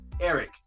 Eric